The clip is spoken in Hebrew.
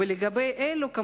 ולגבי אלה, כמובן,